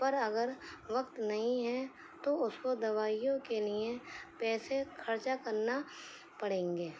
پر اگر وقت نہیں ہے تو اس کو دوائیوں کے لیے پیسے خرچہ کرنا پڑیں گے